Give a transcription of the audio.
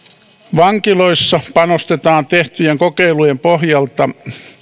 vankiloissa panostetaan tehtyjen kokeilujen pohjalta